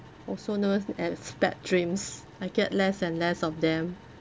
also known as bad dreams I get less and less of them